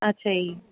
ਅੱਛਾ ਜੀ